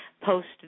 post